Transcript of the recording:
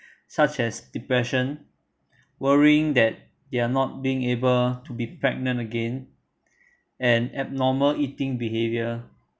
such as depression worrying that they are not being able to be pregnant again and abnormal eating behaviour